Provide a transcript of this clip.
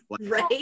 Right